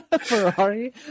Ferrari